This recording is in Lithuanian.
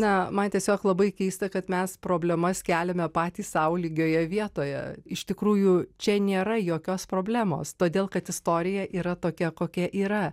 na man tiesiog labai keista kad mes problemas keliame patys sau lygioje vietoje iš tikrųjų čia nėra jokios problemos todėl kad istorija yra tokia kokia yra